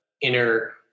inner